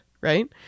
right